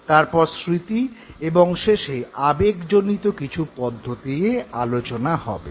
তারপর স্মৃতি এবং শেষে আবেগজনিত কিছু পদ্ধতি নিয়ে আলোচনা হবে